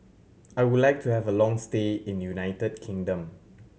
I would like to have a long stay in United Kingdom